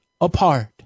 apart